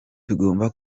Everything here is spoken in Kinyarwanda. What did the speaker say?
tugomba